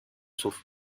sur